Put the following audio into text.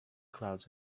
clouds